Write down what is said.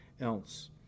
else